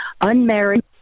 unmarried